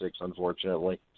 unfortunately